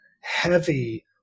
heavy